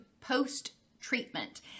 post-treatment